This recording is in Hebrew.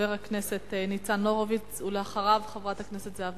חבר הכנסת ניצן הורוביץ, ולאחריו, חברת הכנסת זהבה